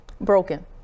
Broken